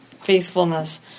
faithfulness